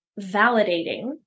validating